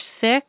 sick